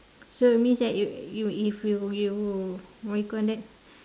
so it means that you you if you you what you call that